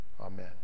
Amen